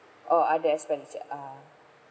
or other expenditure uh